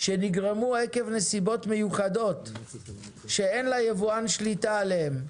שנגרמו עקב נסיבות מיוחדות שאין ליבואן שליטה עליהן.